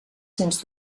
sens